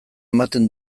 ematen